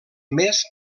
més